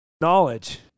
Knowledge